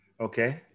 Okay